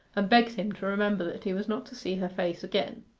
and begged him to remember that he was not to see her face again.